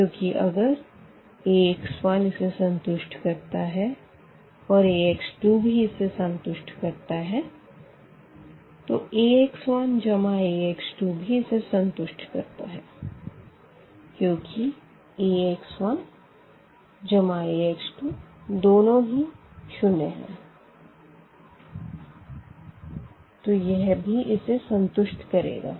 क्योंकि अगर Ax 1 इसे संतुष्ट करता है और A x 2 भी इसे संतुष्ट करता है तो A x 1 जमा x 2 भी इसे संतुष्ट करता है क्यूँकि Ax 1 जमा Ax 2 दोनो ही 0 0 है तो यह भी इसे संतुष्ट करेगा